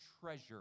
treasure